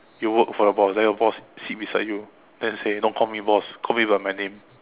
you work for your boss then your boss sit beside you then say don't call me boss call me by my name